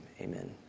Amen